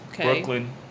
Brooklyn